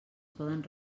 poden